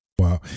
Wow